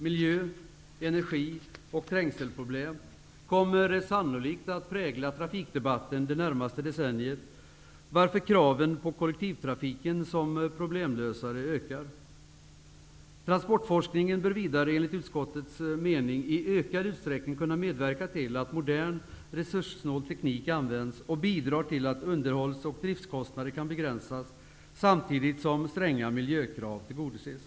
Miljö-, energi och trängselproblem kommer sannolikt att prägla trafikdebatten det närmaste decenniet, varför kraven på kollektivtrafiken som problemlösare ökar. Transportforskningen bör vidare, enligt utskottets mening, i ökad utsträckning kunna medverka till att modern, resurssnål teknik används och bidra till att underhålls och driftskostnader kan begränsas samtidigt som stränga miljökrav tillgodoses.